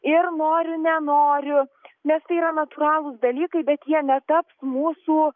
ir noriu nenoriu nes tai yra natūralūs dalykai bet jie netaps mūsų